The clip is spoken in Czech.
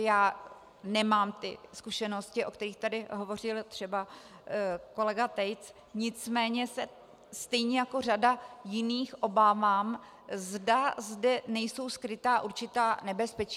Já nemám zkušenosti, o kterých tady hovořil třeba kolega Tejc, nicméně se stejně jako řada jiných obávám, zda zde nejsou skryta určitá nebezpečí.